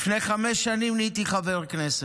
לפני חמש שנים נהייתי חבר כנסת.